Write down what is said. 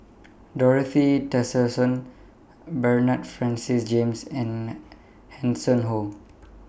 Dorothy Tessensohn Bernard Francis James and Hanson Ho